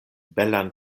belan